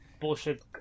bullshit